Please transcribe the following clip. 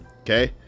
okay